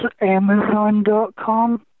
Amazon.com